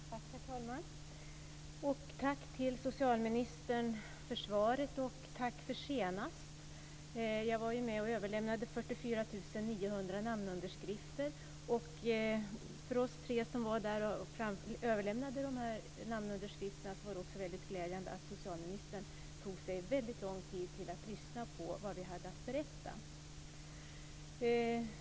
Herr talman! Tack till socialministern för svaret och tack för senast. Jag var med och överlämnade 44 900 namnunderskrifter. För oss tre som överlämnade namnunderskrifterna var det också mycket glädjande att socialministern tog sig mycket lång tid att lyssna till vad vi hade att berätta.